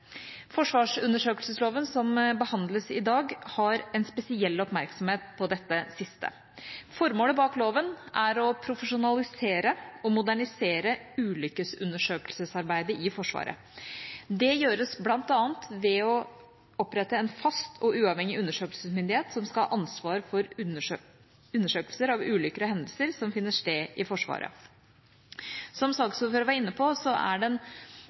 Forsvarsundersøkelsesloven som behandles i dag, har oppmerksomheten spesielt rettet mot dette siste. Formålet bak loven er å profesjonalisere og modernisere ulykkesundersøkelsesarbeidet i Forsvaret. Det gjøres bl.a. ved å opprette en fast og uavhengig undersøkelsesmyndighet som skal ha ansvaret for å undersøke ulykker og hendelser som finner sted i Forsvaret. Som saksordføreren var inne på, er